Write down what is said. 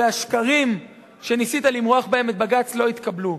והשקרים שניסית למרוח בהם את בג"ץ לא התקבלו.